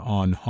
on